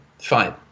Fine